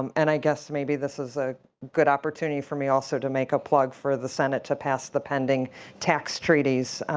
um and i guess maybe this is a good opportunity for me also to make a plug for the senate to pass the pending tax treaties